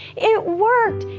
it worked.